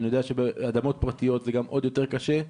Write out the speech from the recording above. ואני גם חבר מהמניין בוועדה המחוזית.